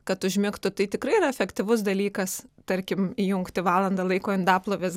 kad užmigtų tai tikrai yra efektyvus dalykas tarkim įjungti valandą laiko indaplovės garso